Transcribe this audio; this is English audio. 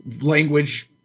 language